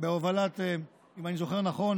אם אני זוכר נכון,